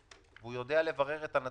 הוא אמר שהוא עושה את זה, והוא עושה את זה מהר.